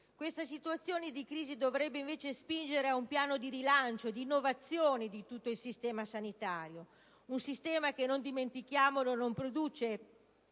Questa situazione di crisi dovrebbe invece spingere ad un piano di rilancio e di innovazione di tutto il sistema sanitario, un sistema che, non dimentichiamolo, non produce